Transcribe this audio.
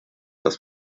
dass